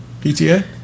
PTA